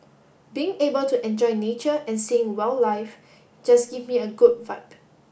being able to enjoy nature and seeing wildlife just give me a good vibe